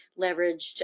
leveraged